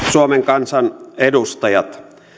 suomen kansan edustajat